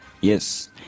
yes